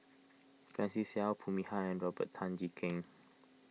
Francis Seow Foo Mee Har and Robert Tan Jee Keng